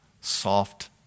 soft